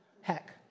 Heck